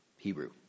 Hebrew